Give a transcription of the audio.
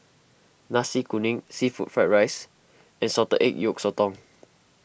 Nasi Kuning Seafood Fried Rice and Salted Egg Yolk Sotong